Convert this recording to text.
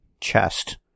chest